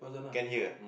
can hear